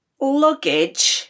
luggage